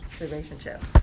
relationship